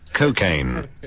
Cocaine